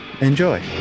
enjoy